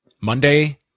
Monday